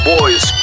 Boys